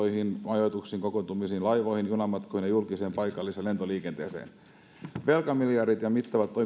majoitukseen kokoontumisiin laivoihin junamatkoihin julkiseen paikallisliikenteeseen ja lentoliikenteeseen velkamiljardit ja mittavat